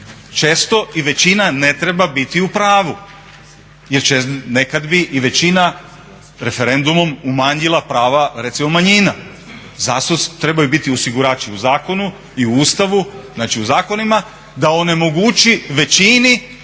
Često i većina ne treba biti u pravu, jer će, nekad bi i većina referendumom umanjila prava recimo manjina zato trebaju biti osigurači u zakonu i u Ustavu. Znači u zakonima da onemogući većini